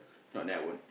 not that I won't